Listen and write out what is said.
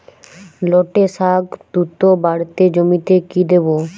লটে শাখ দ্রুত বাড়াতে জমিতে কি দেবো?